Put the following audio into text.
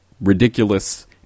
ridiculous